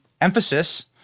emphasis